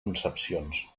concepcions